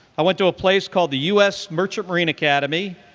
i went to a place called the us merchant marine academy,